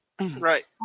Right